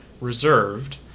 reserved